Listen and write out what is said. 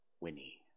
Winnie